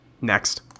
Next